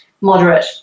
moderate